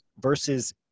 versus